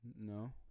no